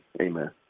Amen